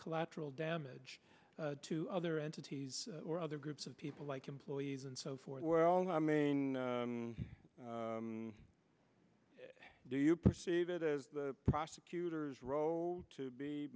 collateral damage to other entities or other groups of people like employees and so forth well i mean do you perceive it as the prosecutor's row to be